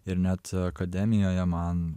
ir net akademijoje man